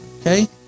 Okay